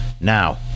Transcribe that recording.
Now